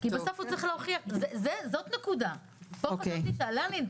זאת נקודה שצריך לדון עליה.